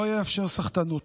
לא אאפשר סחטנות.